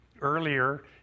earlier